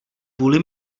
kvůli